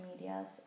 medias